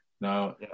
Now